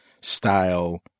style